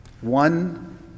One